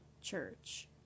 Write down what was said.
church